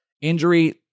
Injury